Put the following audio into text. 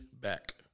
back